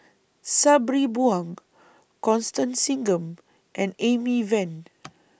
Sabri Buang Constance Singam and Amy Van